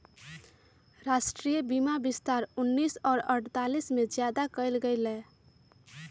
राष्ट्रीय बीमा विस्तार उन्नीस सौ अडतालीस में ज्यादा कइल गई लय